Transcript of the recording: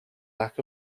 lack